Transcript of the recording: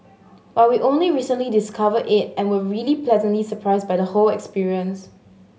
but we only recently discovered it and were really pleasantly surprised by the whole experience